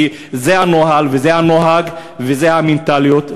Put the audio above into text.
כי זה הנוהל וזה הנוהג וזו המנטליות.